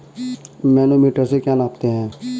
Manometer से क्या नापते हैं?